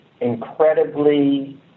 incredibly